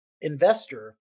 investor